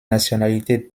nationalités